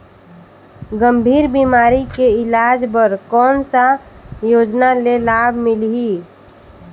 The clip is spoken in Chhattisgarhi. गंभीर बीमारी के इलाज बर कौन सा योजना ले लाभ मिलही?